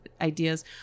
ideas